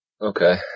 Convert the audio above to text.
Okay